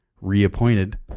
reappointed